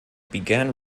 began